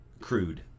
crude